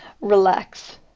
relax